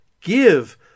give